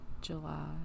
july